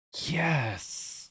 yes